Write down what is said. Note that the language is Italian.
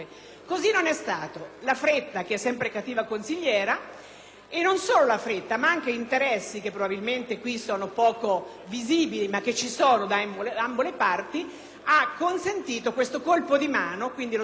e non solo la fretta, ma anche interessi che probabilmente qui sono poco visibili, ma che ci sono da ambo le parti, ha consentito questo colpo di mano, lo sbarramento al 4 per cento, che di fatto elimina la possibilità